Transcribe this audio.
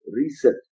reset